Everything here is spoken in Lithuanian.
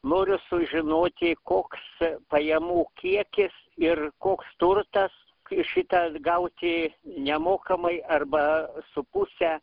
noriu sužinoti koks pajamų kiekis ir koks turtas šitas gauti nemokamai arba su puse